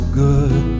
good